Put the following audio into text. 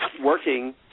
working